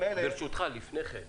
ברשותך, לפני כן.